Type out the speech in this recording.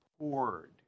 poured